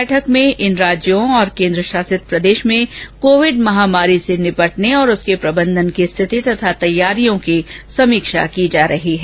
बैठक में इन राज्यों और केन्द्रशासित प्रदेश में कोविड महामारी से निपटने और उसके प्रबंधन की स्थिति तथा तैयारियों की समीक्षा की जा रही है